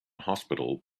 hospital